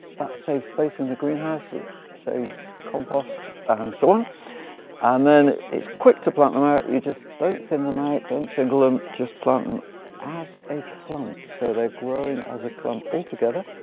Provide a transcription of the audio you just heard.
that saves space in the greenhouse. it saves compost and so on and then it's quick to plant them out. you just don't thin them out. don't single them, just plant them and as a clump. so they're growing as a clump all together.